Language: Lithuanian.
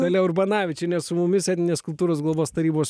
dalia urbanavičienė su mumis etninės kultūros globos tarybos